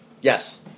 yes